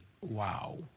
Wow